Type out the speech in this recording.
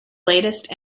latest